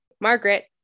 Margaret